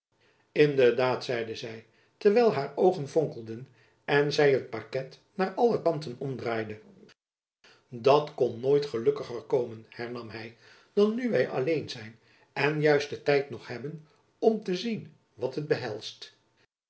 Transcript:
in de daad zeide zy terwijl haar oogen vonkelden en zy het paket naar alle kanten omdraaide dat kon nooit gelukkiger komen hernam hy dan nu wy alleen zijn en juist den tijd nog hebben om te zien wat het behelst